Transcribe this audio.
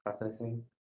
processing